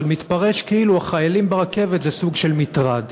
אבל זה מתפרש כאילו החיילים ברכבת הם סוג של מטרד.